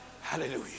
Hallelujah